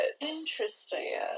Interesting